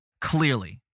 Clearly